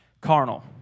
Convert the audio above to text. carnal